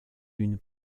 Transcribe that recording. une